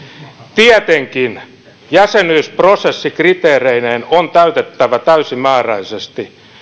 tietenkin jäsenyysprosessi kriteereineen on täytettävä täysimääräisesti